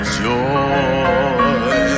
joy